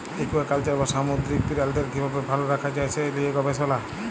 aquaculture বা সামুদ্দিরিক পিরালিদের কিভাবে ভাল রাখা যায় সে লিয়ে গবেসলা